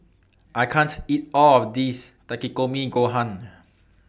I can't eat All of This Takikomi Gohan